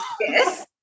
yes